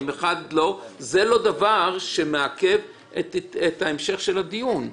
ואם אחד לא יהיה זה לא דבר שמעכב את ההמשך של הדיון.